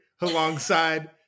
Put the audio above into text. alongside